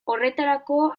horretarako